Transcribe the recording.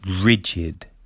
Rigid